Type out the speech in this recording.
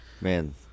Man